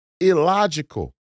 illogical